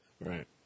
right